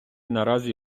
наразі